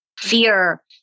fear